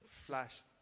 flashed